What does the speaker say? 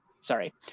sorry